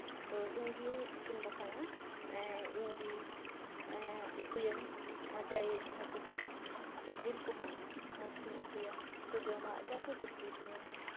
ᱛᱳ ᱤᱧ ᱜᱤᱧ ᱤᱥᱤᱱ ᱵᱟᱥᱟᱝᱼᱟ ᱤᱧᱜᱮ ᱩᱛᱩᱭᱟᱹᱧ ᱵᱷᱟᱡᱟᱭᱟᱹᱧ ᱦᱟᱹᱠᱩ ᱠᱚ ᱥᱮ ᱡᱤᱞ ᱠᱚᱦᱚᱸ ᱢᱚᱡᱽ ᱜᱤᱧ ᱩᱛᱩᱭᱟ ᱟᱨᱠᱚ ᱡᱚᱢᱟ ᱟᱹᱰᱤ ᱟᱸᱴ ᱠᱚ ᱠᱩᱥᱤᱭᱟᱛᱤᱧᱟ